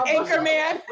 Anchorman